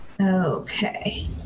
Okay